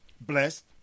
Blessed